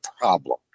problem